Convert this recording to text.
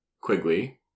Quigley